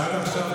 עד עכשיו,